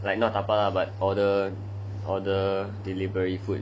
like not dabao lah but order order delivery food delivery